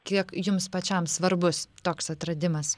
kiek jums pačiam svarbus toks atradimas